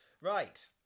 Right